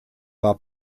war